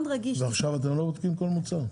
ועכשיו אתם לא בודקים כל מוצר?